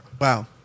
Wow